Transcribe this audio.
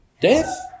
Death